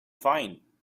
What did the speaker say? fine